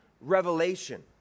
revelation